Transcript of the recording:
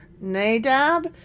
Nadab